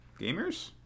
Gamers